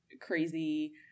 crazy